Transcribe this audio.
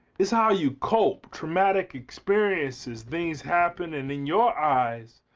it's how you cope, traumatic experiences. things happen and in your eyes,